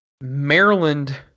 Maryland